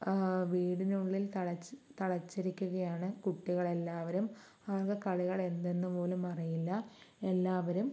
വീടിനുള്ളിൽ തളച്ച് തളച്ചിരിക്കുകയാണ് കുട്ടികളെല്ലാവരും അവർക്ക് കളികൾ എന്തെന്ന് പോലും അറിയില്ല എല്ലാവരും